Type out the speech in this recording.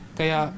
kaya